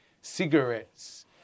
cigarettes